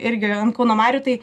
irgi ant kauno marių tai